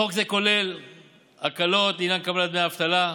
חוק זה כולל הקלות לעניין קבלת דמי אבטלה,